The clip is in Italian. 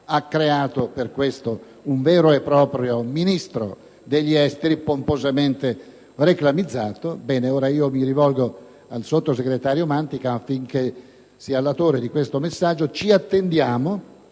ha creato per questo un vero e proprio Ministro degli esteri, pomposamente reclamizzato. Mi rivolgo al sottosegretario Mantica affinché sia latore del seguente messaggio: ci attendiamo